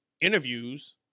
interviews